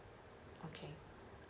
okay